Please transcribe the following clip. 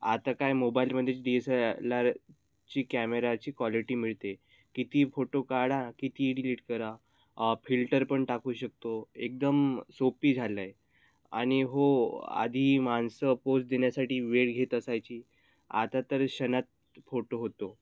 आता काय मोबाईलमध्ये डी एस एल आरची कॅमेराची क्वालिटी मिळते किती फोटो काढा कितीही डिलिट करा फिल्टर पण टाकू शकतो एकदम सोपी झालं आहे आणि हो आधी माणसं पोज देण्यासाठी वेळ घेत असायची आता तर क्षणात फोटो होतो